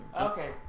Okay